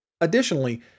Additionally